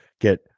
get